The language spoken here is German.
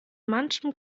manchem